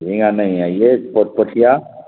جھینگا نہیں ہے یہ پوٹھیا